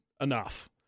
enough